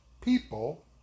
people